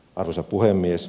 arvoisa puhemies